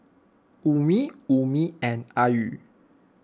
Ummi Ummi and Ayu